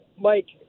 Mike